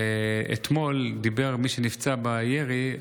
ואתמול דיבר מי שנפצע בירי.